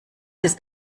ist